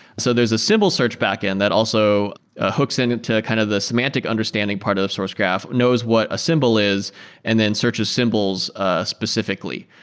so there's a symbol search backend that also ah hooks and into kind of the semantic understanding part of sourcegraph. knows what a symbol is and then searches symbols ah specifically.